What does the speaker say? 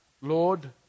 Lord